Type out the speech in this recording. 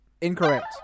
Incorrect